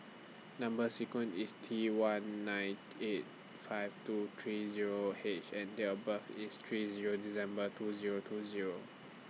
Number sequence IS T one nine eight five two three Zero H and Date of birth IS three Zero December two Zero two Zero